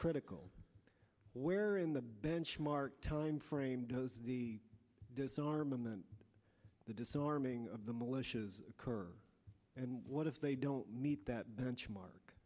critical where in the benchmark time frame does the disarmament the disarming of the militias occur and what if they don't meet that